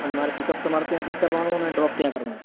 અને મારે pick up તમારે ત્યાંથી કરવાનું ને ડ્રોપ ત્યાં કરવાની